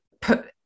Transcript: put